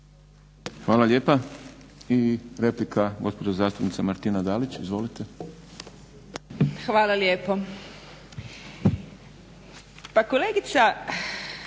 Hvala lijepa. I replika gospođa zastupnica Martina Dalić. Izvolite. **Dalić, Martina